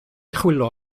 chwilio